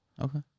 Okay